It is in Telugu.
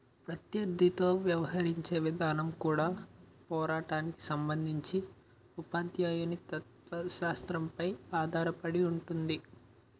ప్రత్యర్థితో వ్యవహరించే విధానం కూడా పోరాటానికి సంబంధించి ఉపాధ్యాయుని తత్వశాస్త్రంపై ఆధారపడి ఉంటుంది